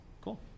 cool